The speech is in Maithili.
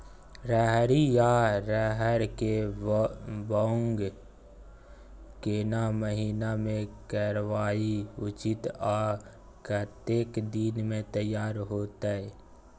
रहरि या रहर के बौग केना महीना में करनाई उचित आ कतेक दिन में तैयार होतय?